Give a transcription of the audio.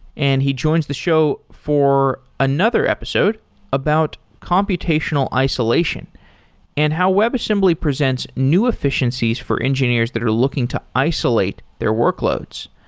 and he joins the show for another episode about computational isolation and how webassembly presents new efficiencies for engineers that are looking to isolate their workloads.